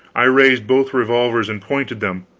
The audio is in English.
i raised both revolvers and pointed them